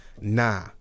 nah